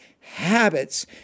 habits